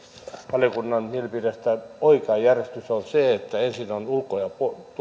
valiokunnan mielestä oikea järjestys on se että ensin on ulko ja